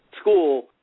school